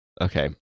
Okay